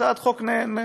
הצעת חוק נחמדה,